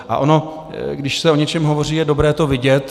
A ono když se o něčem hovoří, je dobré to vidět.